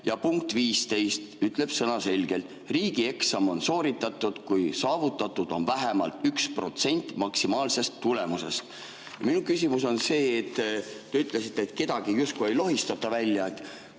punkt 15 ütleb sõnaselgelt: "Riigieksam on sooritatud, kui saavutatud on vähemalt üks protsent maksimaalsest tulemusest." Minu küsimus on see. Te ütlesite, et kedagi justkui ei lohistata välja.